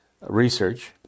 research